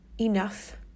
enough